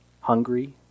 hungry